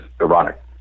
ironic